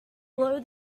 blow